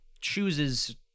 chooses